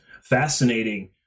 fascinating